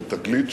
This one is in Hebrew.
"תגלית",